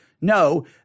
no